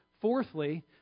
Fourthly